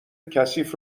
کثیف